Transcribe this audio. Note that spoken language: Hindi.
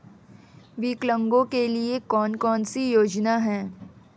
विकलांगों के लिए कौन कौनसी योजना है?